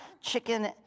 chicken